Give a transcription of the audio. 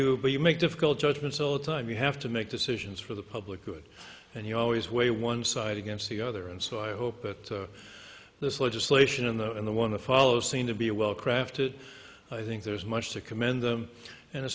you but you make difficult judgments all the time you have to make decisions for the public good and you always weigh one side against the other and so i hope that this legislation in the in the one to follow seem to be a well crafted i think there's much to commend them and